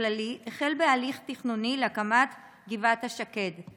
הכללי החל בהליך תכנוני להקמת גבעת השקד.